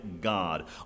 God